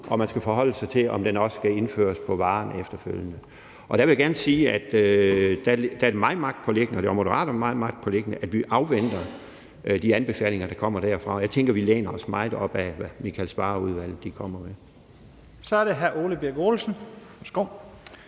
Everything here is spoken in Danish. og man forholder sig til, om den også skal indføres på varerne efterfølgende. Og der vil jeg gerne sige, at det er mig magtpåliggende og det er også Moderaterne meget magtpåliggende, at vi afventer de anbefalinger, der kommer derfra. Jeg tænker, vi læner os meget op ad, hvad Michael Svarer-udvalget kommer med. Kl. 11:19 Første næstformand